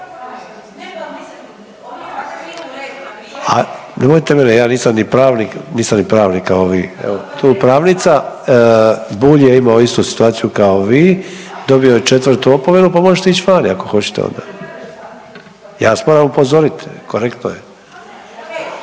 ni pravnik, nisam ni pravnik kao vi. Evo tu je pravnica. Bulj je imao istu situaciju kao vi, dobio je 4. opomenu. Pa možete ići vani ako hoćete onda. Ja vas moram upozoriti, korektno je.